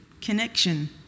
Connection